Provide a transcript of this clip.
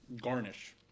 garnish